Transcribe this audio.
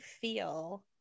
feel